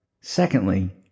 Secondly